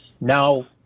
now